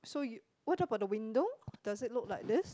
so you what about the window does it look like this